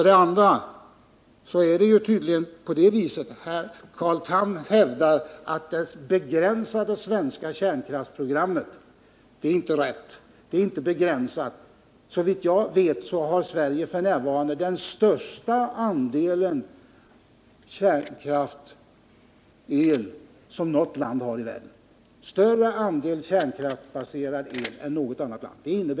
Det är vidare på det sättet att Carl Tham hävdar att det svenska kärnkraftsprogrammet är begränsat. Det är inte riktigt. Såvitt jag vet har Sverige f.n. större andel kärnkraftsbaserad elkraft än något annat land i världen.